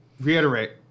reiterate